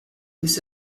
bis